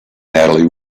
natalie